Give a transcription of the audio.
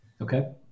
Okay